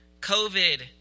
COVID